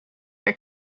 are